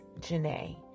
Janae